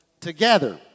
together